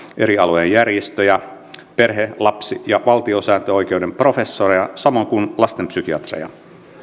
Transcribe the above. eri alojen järjestöjä perhe lapsi ja valtiosääntöoikeuden professoreja samoin kuin lastenpsykiatreja